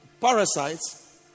Parasites